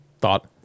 thought